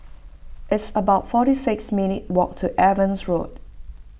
it's about forty six minute walk to Evans Road